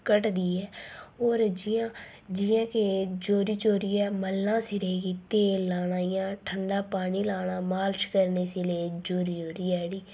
घटदी ऐ होर जियां जियां कि जोरी जोरियै मलना सिरै गी तेल लाना इयां ठंडा पानी लाना मालश करनी सिरै गी जोरी जोरियै जेह्ड़ी